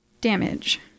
damage